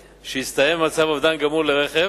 שהסתיים במצב אובדן גמור לרכב,